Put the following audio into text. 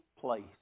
place